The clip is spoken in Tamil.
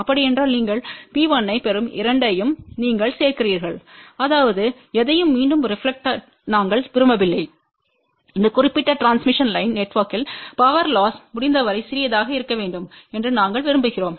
அப்படியென்றால் நீங்கள் P1ஐப் பெறும் இரண்டையும் நீங்கள் சேர்க்கிறீர்கள்அதாவது எதையும் மீண்டும் ரெப்லக்டெட்க நாங்கள் விரும்பவில்லை இந்த குறிப்பிட்ட டிரான்ஸ்மிஷன் லைன் நெட்வொர்க்கில் பவர் லொஸ் முடிந்தவரை சிறியதாக இருக்க வேண்டும் என்று நாங்கள் விரும்புகிறோம்